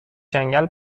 جنگل